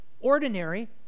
ordinary